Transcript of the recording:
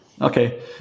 Okay